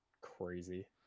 crazy